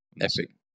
epic